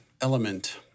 element